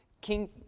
King